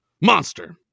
Monster